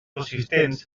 assistents